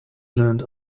learned